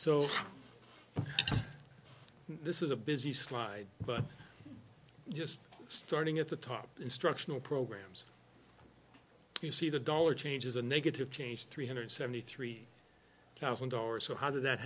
so this is a busy slide but just starting at the top instructional programs you see the dollar change is a negative change three hundred seventy three thousand dollars so how did that